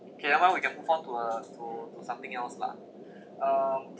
okay and now we can move on to a to to something else lah um